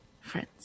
friends